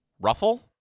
Ruffle